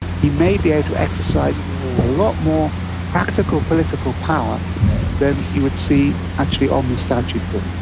he may be able to exercise a lot more practical political power than you would see actually on the statute book.